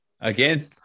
Again